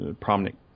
prominent